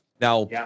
Now